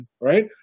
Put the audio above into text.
right